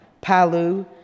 Palu